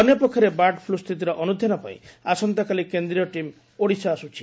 ଅନ୍ୟପକ୍ଷରେ bird flu ସ୍ଥିତିର ଅନୁଧାନ ପାଇଁ ଆସନ୍ତାକାଲି କେନ୍ଦୀୟ ଟିମ୍ ଓଡିଶା ଆସୁଛି